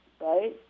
right